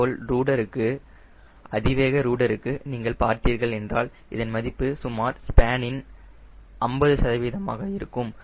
இதேபோல் ரூடருக்கு அதிவேக ரூடருக்கு நீங்கள் பார்த்தீர்கள் என்றால் இதன் மதிப்பு சுமார் ஸ்பேனின் 50 சதவீதமாக இருக்கும்